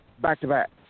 back-to-back